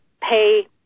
pay